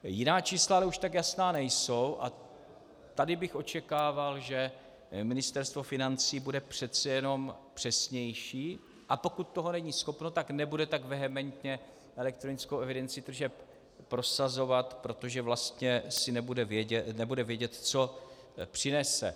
Jiná čísla ale už tak jasná nejsou a tady bych očekával, že Ministerstvo financí bude přece jenom přesnější, a pokud toho není schopno, tak nebude tak vehementně elektronickou evidenci tržeb prosazovat, protože vlastně nebude vědět, co přinese.